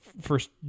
first